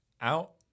out